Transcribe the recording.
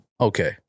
okay